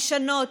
משנות,